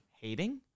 hating